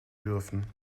dürfen